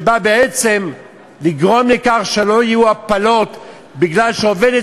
שבא בעצם לגרום לכך שלא יהיו הפלות מפני שעובדת